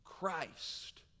christ